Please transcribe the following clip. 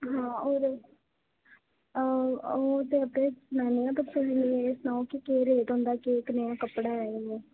हा होर होर ते लेने हा पर पैह्ले एह् सनाओ कि केह् रेट होंदा कनेहा कपड़ा ऐ इ'यां